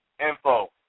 info